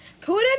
Putin